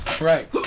Right